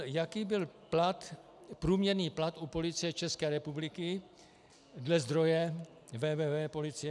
Jaký byl plat, průměrný plat u Policie České republiky dle zdroje www.policie.cr